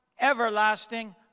everlasting